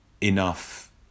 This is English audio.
enough